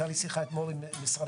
זה יכול